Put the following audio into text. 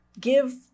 give